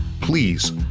please